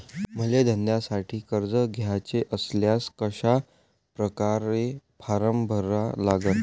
मले धंद्यासाठी कर्ज घ्याचे असल्यास कशा परकारे फारम भरा लागन?